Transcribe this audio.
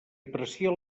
aprecia